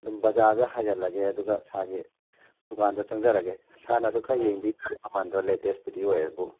ꯑꯗꯨꯝ ꯕꯖꯥꯔꯗ ꯍꯥꯏꯖꯜꯂꯒꯦ ꯑꯗꯨꯒ ꯁꯥꯔꯒꯤ ꯗꯨꯀꯥꯟꯗ ꯆꯪꯖꯔꯒꯦ ꯁꯥꯔꯅꯁꯨ ꯈꯔ ꯌꯦꯡꯕꯤꯕ ꯇꯥꯔꯦ ꯃꯃꯟꯗꯣ ꯂꯦꯇꯦꯁꯄꯨꯗꯤ ꯑꯣꯏꯌꯦꯕꯨ